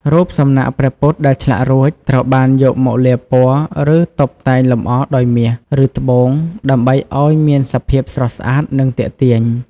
រូបសំណាកព្រះពុទ្ធដែលឆ្លាក់រួច ត្រូវបានយកមកលាបពណ៌ ឬតុបតែងលម្អដោយមាស ឬត្បូងដើម្បីឱ្យមានសភាពស្រស់ស្អាតនិងទាក់ទាញ។